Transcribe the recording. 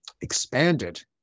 expanded